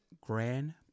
Grand